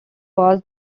was